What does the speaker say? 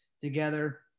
together